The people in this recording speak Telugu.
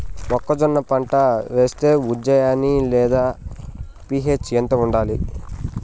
మొక్కజొన్న పంట వేస్తే ఉజ్జయని లేదా పి.హెచ్ ఎంత ఉండాలి?